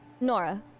Nora